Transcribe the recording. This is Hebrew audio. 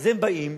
הם באים,